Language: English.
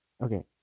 Okay